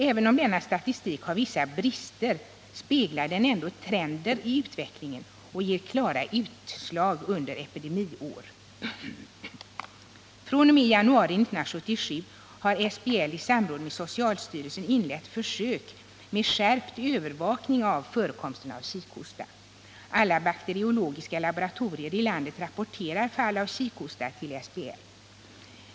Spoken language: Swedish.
Även om denna statistik har vissa brister speglar den ändå trender i utvecklingen och ger klara utslag under epidemiår. fr.o.m. januari 1977 har SBL i samråd med socialstyrelsen inlett försök med skärpt övervakning av förekomsten av kikhosta. Alla bakteriologiska laboratorier i landet rapporterar fall av kikhosta till SBL.